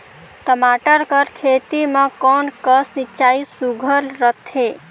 टमाटर कर खेती म कोन कस सिंचाई सुघ्घर रथे?